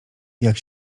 jak